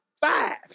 five